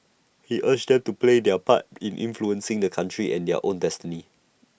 he urged them to play their part in influencing the country's and their own destiny